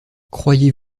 croyez